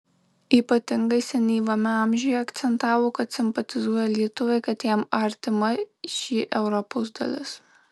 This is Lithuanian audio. ypatingai senyvame amžiuje akcentavo kad simpatizuoja lietuvai kad jam artima šį europos dalis